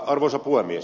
arvoisa puhemies